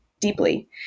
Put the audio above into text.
deeply